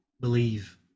believe